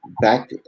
back